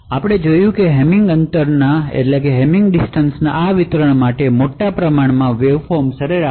આપણે જોયું છે કે હેમિંગ અંતરના આ વિતરણ માટે આ વેવફોર્મ સરેરાશ 59